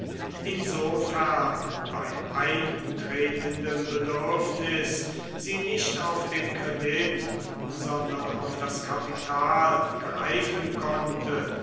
insofern bei eintretendem bedürfnis sie nicht auf den kredit sondern auf das kapital greifen konnte